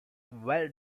well